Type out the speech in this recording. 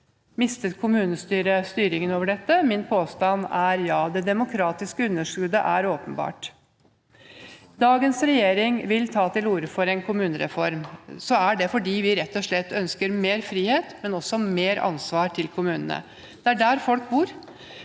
Mistet kommunestyret styringen over dette? Min påstand er ja. Det demokratiske underskuddet er åpenbart. Når dagens regjering vil ta til orde for en kommunereform, er det fordi vi rett og slett ikke bare ønsker mer frihet, men også mer ansvar til kommunene. Det er der folk bor,